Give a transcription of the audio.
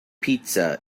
pizza